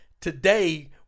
Today